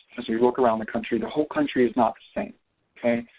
as we look around the country the whole country is not the same okay